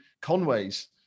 Conway's